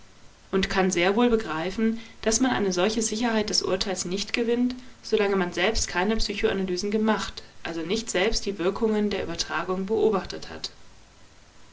und kann sehr wohl begreifen daß man eine solche sicherheit des urteils nicht gewinnt solange man selbst keine psychoanalysen gemacht also nicht selbst die wirkungen der übertragung beobachtet hat